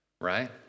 Right